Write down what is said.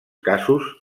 casos